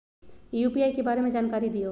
UPI के बारे में जानकारी दियौ?